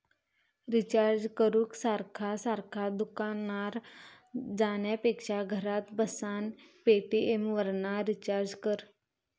recharge करूक सारखा सारखा दुकानार जाण्यापेक्षा घरात बसान पेटीएमवरना रिचार्ज कर